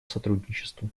сотрудничеству